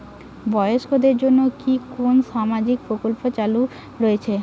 বয়স্কদের জন্য কি কোন সামাজিক প্রকল্প চালু রয়েছে?